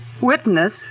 Witness